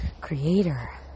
Creator